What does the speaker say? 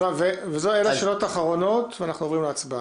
אלו שאלות אחרונות ואז אנחנו נעבור להצבעה.